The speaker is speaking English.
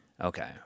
Okay